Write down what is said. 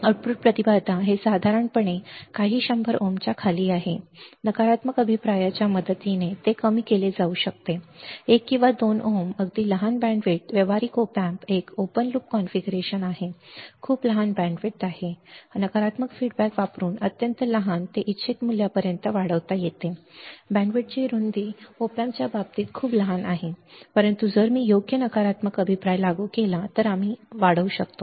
output प्रतिबाधा हे साधारणपणे काही शंभर ओमच्या खाली आहे नकारात्मक अभिप्रायाच्या मदतीने ते कमी केले जाऊ शकते 1 किंवा 2 ओहम अगदी लहान बँड रुंदी व्यावहारिक ऑप एम्प एक ओपन लूप कॉन्फिगरेशन आहे खूप लहान बँड रुंदी आहे नकारात्मक अभिप्राय वापरून अत्यंत लहान ते इच्छित मूल्यापर्यंत वाढवता येते बँडची रुंदी op amp च्या बाबतीत खूप लहान आहे परंतु जर मी योग्य नकारात्मक अभिप्राय लागू केला तर आम्ही आहार वाढवू शकतो